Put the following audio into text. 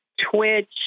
Twitch